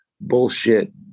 bullshit